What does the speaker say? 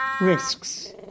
Risks